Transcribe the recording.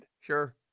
sure